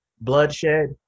bloodshed